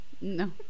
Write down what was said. No